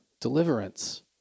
deliverance